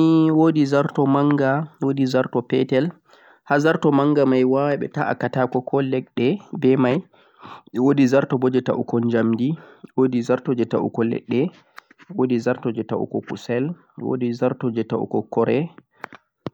zarto nei, woodi zarto manga, woodi zarto petal haa zarto manga mei waawei be taa katako koh lebbe be mei e, woodi zarto mo e taguu jamdi woodi zarto ko jee taguu ledde, woodi zarto ko jee taguu kusel woodi zarto ko jee taguu koorei.